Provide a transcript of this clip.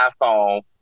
iPhone